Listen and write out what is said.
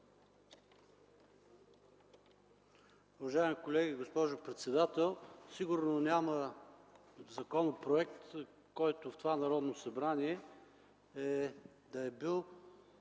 Уважаеми колеги, госпожо председател, сигурно няма законопроект, който в това Народно събрание да е бил